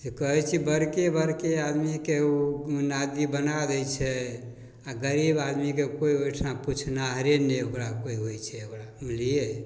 से कहै छी बड़के बड़के आदमीके ओ नादि बना दै छै आओर गरीब आदमीके कोइ ओहिठाम पुछनिहारे नहि ओकरा कोइ होइ छै ओकरा बुझलिए